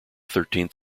thirteenth